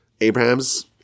Abraham's